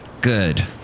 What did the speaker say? Good